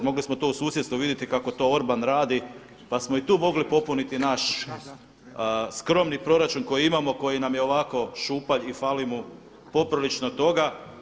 Mogli smo to u susjedstvu vidjeti kako to Orban radi, pa smo i tu mogli popuniti naš skromni proračun koji imamo, koji nam je ovako šupalj i fali mu poprilično toga.